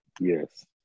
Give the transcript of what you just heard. yes